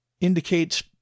indicates